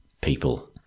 people